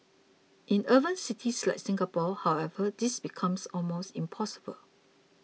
in urban cities like Singapore however this becomes almost impossible